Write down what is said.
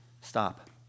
Stop